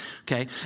okay